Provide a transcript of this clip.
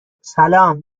سلام